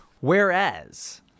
Whereas